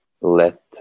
let